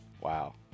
Wow